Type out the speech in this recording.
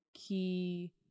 key